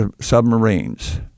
submarines